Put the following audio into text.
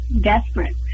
desperate